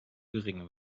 geringe